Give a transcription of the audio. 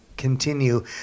continue